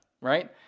right